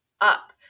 up